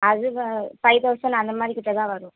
அதுவா five thousand அந்த மாதிரி கிட்ட தான் வரும்